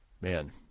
man